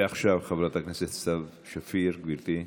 ועכשיו חברת הכנסת סתיו שפיר, גברתי.